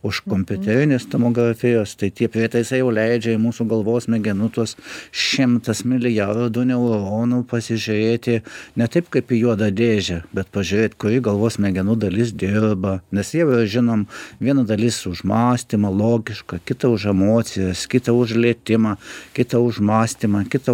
už kompiuterinės tomografijos tai tie prietaisai jau leidžia į mūsų galvos smegenų tuos šimtas milijardų neuronų pasižiūrėti ne taip kaip į juodą dėžę bet pažiūrėt kuri galvos smegenų dalis dirba nes jau žinom viena dalis už mąstymą logišką kitą už emocijas kita už lietimą kita už mąstymą kita